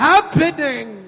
Happening